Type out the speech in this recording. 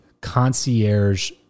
concierge